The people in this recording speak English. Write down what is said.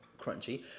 crunchy